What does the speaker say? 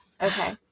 Okay